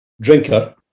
drinker